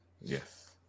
Yes